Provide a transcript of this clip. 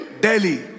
Delhi